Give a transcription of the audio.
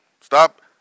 Stop